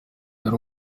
yari